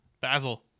Basil